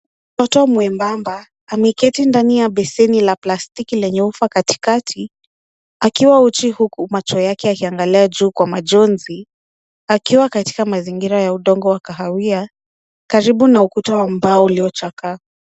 Mtoto mwembamba ameketi ndani ya beseni la plastiki lenye ufa katikati akiwa uchi huku macho yake akiangalia juu kwa majonzi akiwa katika mazingira ya udongo wa kahawia karibu na ukuta wa mbao uliochakaa.